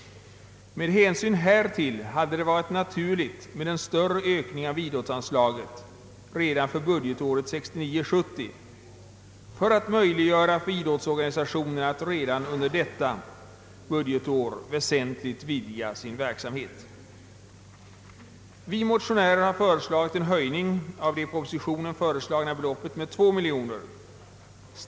Med hänsyn härtill hade det varit naturligt med en större ökning av idrottsanslaget redan budgetåret 1969/70 för att möjliggöra för idrottsorganisationerna att redan under detta budgetår väsentligt vidga sin verksamhet. Vi motionärer har föreslagit en höjning av det i propositionen föreslagna beloppet med 2 miljoner kronor.